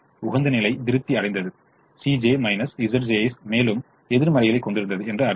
உகந்த நிலை திருப்தி அடைந்தது Cj Zj's மேலும் எதிர்மறைகளைக் கொண்டிருந்தது என்று அர்த்தம்